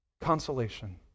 consolation